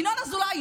ינון אזולאי,